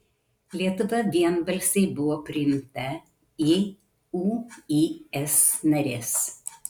lietuva vienbalsiai buvo priimta į uis nares